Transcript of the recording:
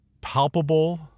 palpable